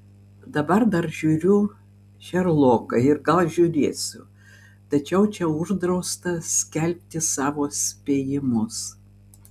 dabar dar žiūriu šerloką ir gal žiūrėsiu tačiau čia uždrausta skelbti savo spėjimus